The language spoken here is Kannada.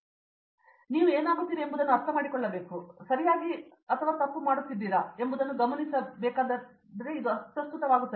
ಹಾಗಾಗಿ ನೀವು ಏನಾಗುತ್ತಿದೆ ಎಂಬುದನ್ನು ಅರ್ಥಮಾಡಿಕೊಳ್ಳಬೇಕು ಮತ್ತು ನೀವು ಸರಿಯಾಗಿ ಅಥವಾ ತಪ್ಪು ಮಾಡುತ್ತಿದ್ದೀರಾ ಎಂಬುದನ್ನು ಗಮನಿಸಬೇಕಾದರೆ ಇದು ಅಪ್ರಸ್ತುತವಾಗುತ್ತದೆ